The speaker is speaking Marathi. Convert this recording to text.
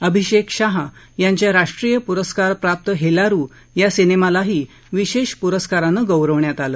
अभिषेक शाह यांच्या राष्ट्रीय पुरस्कार प्राप्त हेलारू या सिनेमालाही विशेष पुरस्कारानं गौरवण्यात आलं